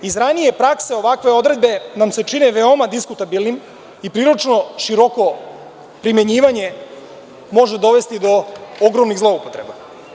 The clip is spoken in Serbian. Iz ranije prakse ovakve odredbe nam se čine veoma diskutabilnim i prilično široko primenjivanje može dovesti do ogromnih zloupotreba.